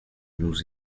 nous